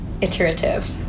Iterative